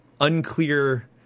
unclear